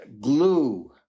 glue